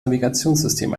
navigationssystem